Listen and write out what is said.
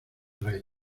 rey